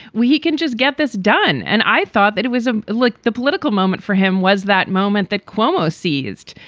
we can just get this done. and i thought that it was ah like the political moment for him was that moment that cuomo seized,